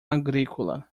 agrícola